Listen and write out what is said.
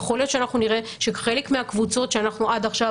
יכול להיות שאנחנו נראה שחלק מהקבוצות שעד עכשיו